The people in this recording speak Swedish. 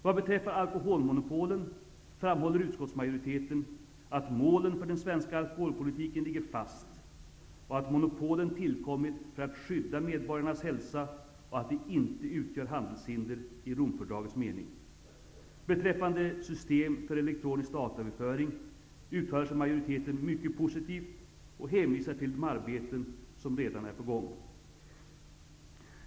Vad beträffar alkoholmonopolen framhåller utskottsmajoriteten, att målen för den svenska alkoholpolitiken ligger fast och att monopolen tillkommit för att skydda medborgarnas hälsa och att de inte utgör handelshinder i Romfördragets mening. Beträffande system för elektronisk dataöverföring uttalar sig majoriteten mycket positivt och hänvisar till de arbeten som redan är på gång.